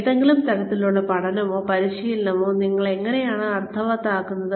ഏതെങ്കിലും തരത്തിലുള്ള പഠനമോ പരിശീലനമോ നിങ്ങൾ എങ്ങനെയാണ് അർത്ഥവത്തായതാക്കുന്നത്